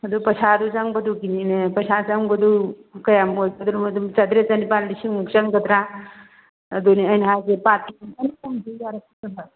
ꯑꯗꯨ ꯄꯩꯁꯥꯗꯨ ꯆꯪꯕꯗꯨꯒꯤꯅꯤꯅꯦ ꯄꯩꯁꯥ ꯆꯪꯕꯗꯨ ꯀꯌꯥꯝ ꯑꯣꯏꯒꯗꯣꯔꯤꯅꯣ ꯑꯗꯨꯝ ꯆꯥꯇꯔꯦꯠ ꯆꯥꯅꯤꯄꯥꯜ ꯂꯤꯁꯤꯡꯃꯨꯛ ꯆꯪꯒꯗ꯭ꯔ ꯑꯗꯨꯅꯤ ꯑꯩꯅ ꯍꯥꯏꯁꯦ ꯄꯥꯔꯠ